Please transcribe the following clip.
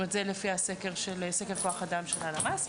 זאת אומרת, זה לפי הסקר כוח אדם של הלמ״ס.